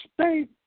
state